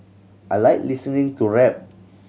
I like listening to rap